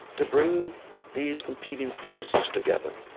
to bring these competing forces together,